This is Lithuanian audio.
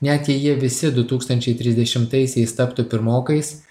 net jei jie visi du tūkstančiai trisdešimtaisiais taptų pirmokais